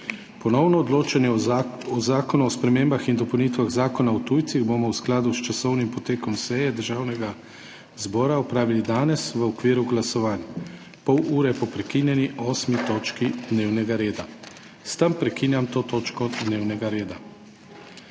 Ponovno odločanje o Zakonu o spremembah in dopolnitvah Zakona o tujcih bomo v skladu s časovnim potekom seje Državnega zbora opravili danes v okviru glasovanj, pol ure po prekinjeni 8. točki dnevnega reda. S tem prekinjam to točko dnevnega reda.